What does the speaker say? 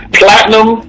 platinum